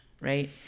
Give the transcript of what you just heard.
right